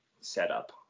setup